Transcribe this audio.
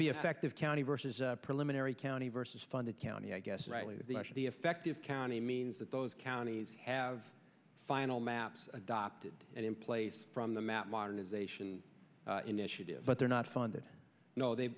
the effect of county versus preliminary county versus funded county i guess rightly the effective county means that those counties have final maps adopted and in place from the map modernization initiative but they're not funded you know they